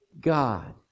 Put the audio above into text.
God